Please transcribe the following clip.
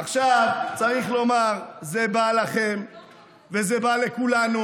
עכשיו צריך לומר: זה בא לכם וזה בא לכולנו,